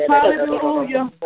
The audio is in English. Hallelujah